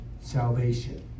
salvation